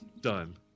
Done